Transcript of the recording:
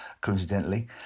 Coincidentally